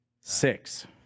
six